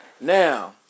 Now